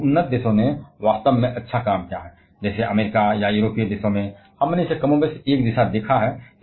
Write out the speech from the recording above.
क्योंकि उन्नत देशों ने वास्तव में अच्छा काम किया है जैसे अमरीका या यूरोपीय देशों में हमने इसे कमोबेश एक जैसा देखा है